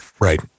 right